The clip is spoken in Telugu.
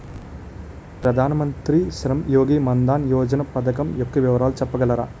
ప్రధాన మంత్రి శ్రమ్ యోగి మన్ధన్ యోజన పథకం యెక్క వివరాలు చెప్పగలరా?